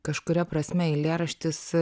kažkuria prasme eilėraštis